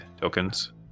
tokens